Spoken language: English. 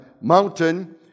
mountain